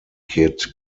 kit